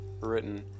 written